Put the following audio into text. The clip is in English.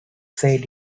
said